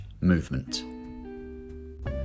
movement